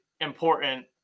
important